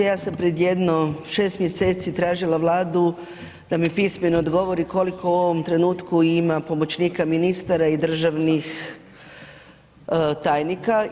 Ja sam pred jedno 6 mjeseci tražila Vladu da mi pismeno odgovori koliko u ovom trenutku ima pomoćnika ministara i državnih tajnika.